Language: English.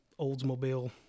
Oldsmobile